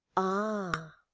ah!